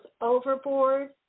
overboard